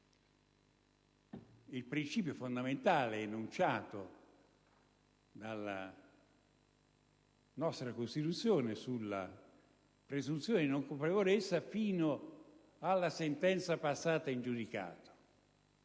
il principio fondamentale enunciato dalla nostra Costituzione sulla presunzione di non colpevolezza fino al passaggio in giudicato